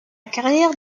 carrière